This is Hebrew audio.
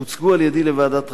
הוצגו על-ידי לוועדת-טרכטנברג,